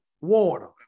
water